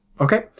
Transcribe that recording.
Okay